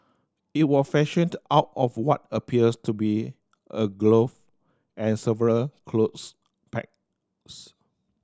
it was fashioned out of what appears to be a glove and several clothes pegs